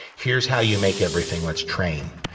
here's how you make everything. let's train.